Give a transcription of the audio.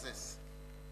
לאחר מכן, חבר הכנסת מוזס.